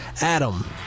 Adam